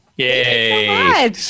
Yay